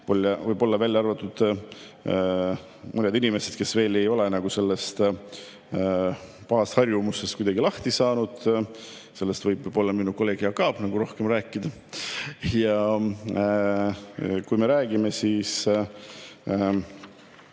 Võib-olla välja arvatud mõned inimesed, kes veel ei ole sellest pahast harjumusest kuidagi lahti saanud. Sellest võib minu kolleeg Jaak Aab rohkem rääkida. Ja kui me räägime sellest,